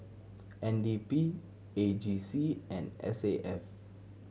N D P A G C and S A F